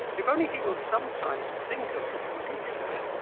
if only he will sometimes think of his liza